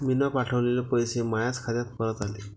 मीन पावठवलेले पैसे मायाच खात्यात परत आले